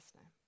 name